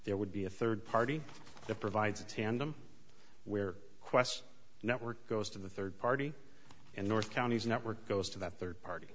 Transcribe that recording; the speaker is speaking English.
there would be a third party that provides a tandem where qwest network goes to the third party and north counties network goes to that third party